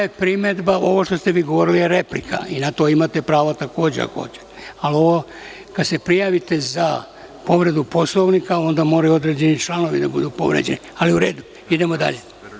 Moja je primedba da ovo što ste vi govorili je replika, na to imate pravo takođe, ako hoćete, ali kada se prijavite za povredu Poslovnika onda moraju da budu određeni članovi povređeni, ali u redu, idemo dalje.